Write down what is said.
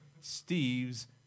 Steve's